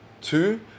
two